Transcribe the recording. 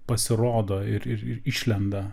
pasirodo ir ir išlenda